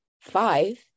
Five